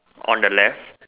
on the left